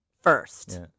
first